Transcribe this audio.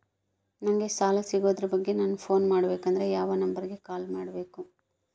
ನಂಗೆ ಸಾಲ ಸಿಗೋದರ ಬಗ್ಗೆ ನನ್ನ ಪೋನ್ ಮಾಡಬೇಕಂದರೆ ಯಾವ ನಂಬರಿಗೆ ಕಾಲ್ ಮಾಡಬೇಕ್ರಿ?